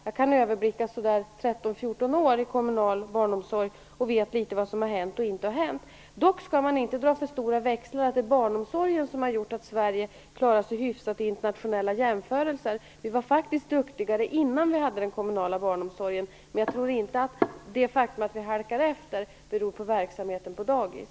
Jag kan överblicka 13-14 år av kommunal barnomsorg, och vet litet av vad som har hänt och inte har hänt. Dock skall man inte dra för stora växlar på detta, och tro att det är barnomsorgen som har gjort att Sverige klarar sig hyfsat i internationella jämförelser. Vi var faktiskt duktigare innan vi hade den kommunala barnomsorgen, men jag tror inte att det faktum att vi halkar efter beror på verksamheten på dagis.